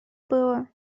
было